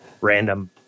random